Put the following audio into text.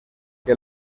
que